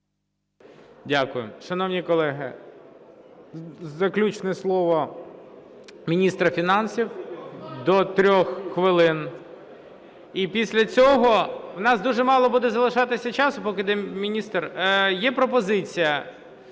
Дякую. Шановні колеги, заключне слово міністра фінансів – до 3 хвилин. І після цього у нас дуже мало буде залишатися часу. Поки йде міністр, є пропозиція